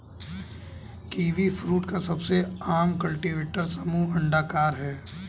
kiwifruit का सबसे आम कल्टीवेटर समूह अंडाकार है